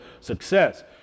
success